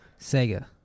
Sega